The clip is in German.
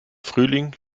frühling